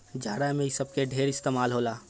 जाड़ा मे इ सब के ढेरे इस्तमाल होला